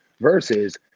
versus